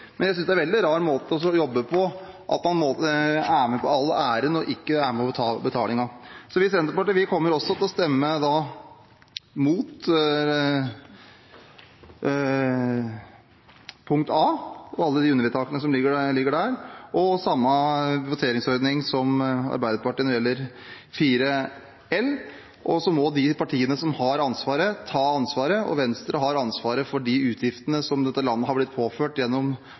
men jeg syns det er en veldig rar måte å jobbe på at man er med på all æren og ikke er med på å ta betalingen. Vi i Senterpartiet kommer også til å stemme mot bokstav A og alle undervedtakene som ligger der, og vi vil ha samme voteringsordning som Arbeiderpartiet når det gjelder 4 L. Så må de partiene som har ansvaret, ta ansvaret. Venstre har ansvaret for de utgiftene som dette landet har blitt påført,